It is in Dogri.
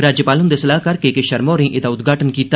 राज्यपाल हुंदे सलाहकार के के शर्मा होरें एह्दा उद्घाटन कीता